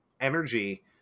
energy